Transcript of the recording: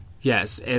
Yes